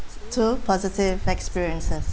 two positive experiences